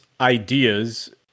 ideas